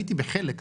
הייתי בחלק,